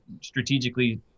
strategically